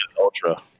Ultra